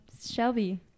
Shelby